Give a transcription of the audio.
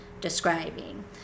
describing